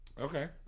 Okay